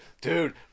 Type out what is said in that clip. dude